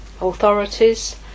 authorities